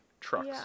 trucks